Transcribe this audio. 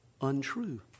untrue